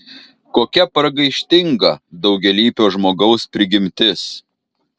kokia pragaištinga daugialypio žmogaus prigimtis